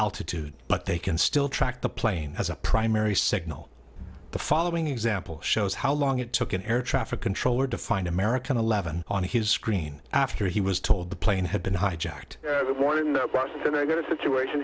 altitude but they can still track the plane as a primary signal the following example shows how long it took an air traffic controller to find american eleven on his screen after he was told the plane had been hijacked by the negative situation